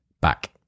back